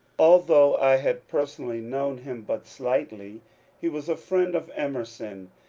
although i had personally known him but slightly he was a friend of emerson,